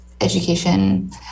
education